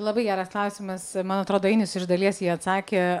labai geras klausimas man atrodo ainius iš dalies į jį atsakė